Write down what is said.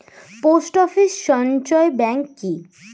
Post office সঞ্চয় bank কি?